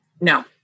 No